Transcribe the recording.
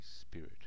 Spirit